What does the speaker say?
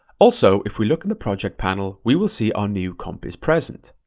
also, if we look in the project panel, we will see our new comp is present.